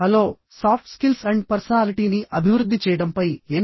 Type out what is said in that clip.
hello soft skills and పర్సనాలిటీని అభివృద్ధి చేయడంపై ఎన్